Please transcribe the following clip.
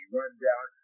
rundown